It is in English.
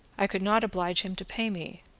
i could not oblige him to pay me.